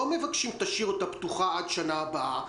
לא מבקשים להשאיר אותה פתוחה עד שנה הבאה,